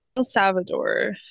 salvador